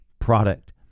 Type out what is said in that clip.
product